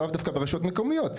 לאו דווקא ברשויות מקומיות.